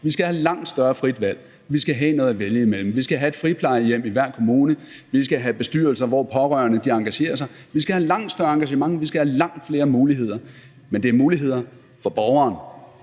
skal vi have en langt højere grad af frit valg. Vi skal have noget at vælge imellem. Vi skal have et friplejehjem i hver kommune. Vi skal have bestyrelser, hvor pårørende engagerer sig. Vi skal have et langt større engagement, og vi skal have langt flere muligheder. Men det er muligheder for borgeren,